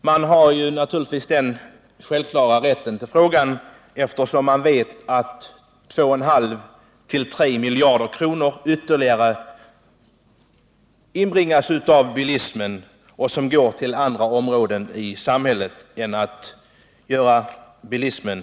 Man har den självklara rätten att fråga detta, eftersom man vet att 2,5-3 miljarder kronor av de pengar som kommer in genom bilismen går till andra områden än sådana som tillgodoser bilismen.